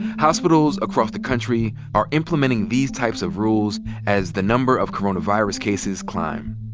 hospitals across the country are implementing these types of rules as the number of coronavirus cases climb.